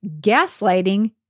gaslighting